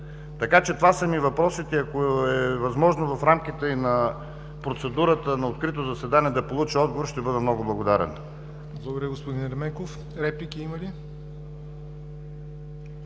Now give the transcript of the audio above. Това са въпросите ми и, ако е възможно в рамките и на процедурата на открито заседание да получа отговор, ще бъда много благодарен.